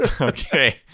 Okay